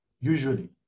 usually